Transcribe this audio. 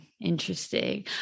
Interesting